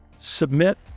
submit